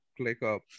ClickUp